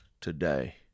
today